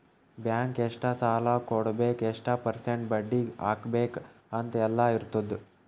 bank ಎಷ್ಟ ಸಾಲಾ ಕೊಡ್ಬೇಕ್ ಎಷ್ಟ ಪರ್ಸೆಂಟ್ ಬಡ್ಡಿ ಹಾಕ್ಬೇಕ್ ಅಂತ್ ಎಲ್ಲಾ ಇರ್ತುದ್